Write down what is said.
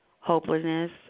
Hopelessness